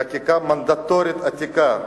חקיקה מנדטורית עתיקה,